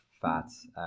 fats